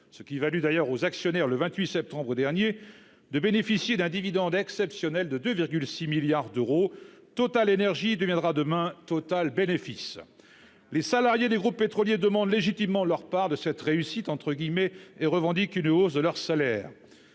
ce qui valut aux actionnaires, le 28 septembre dernier, de bénéficier d'un dividende exceptionnel de 2,6 milliards d'euros. TotalEnergies deviendra demain TotalBénéfices ! Les salariés des groupes pétroliers demandent légitimement leur part de cette « réussite » et revendiquent une hausse de leurs salaires.